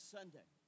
Sunday